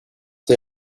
say